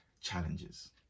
challenges